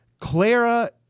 Clara